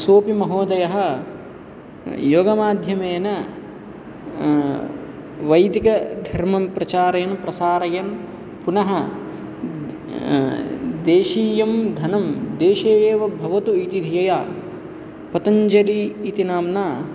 सोऽपि महोदयः योगमाध्यमेन वैदिकधर्मं प्रचारयन् प्रसारयन् पुनः देशीयं धनं देशे एव भवतु इति धिया पतञ्जलि इति नाम्ना